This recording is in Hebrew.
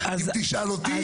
אם תשאל אותי,